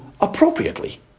appropriately